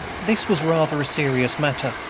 this was rather a serious matter,